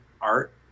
art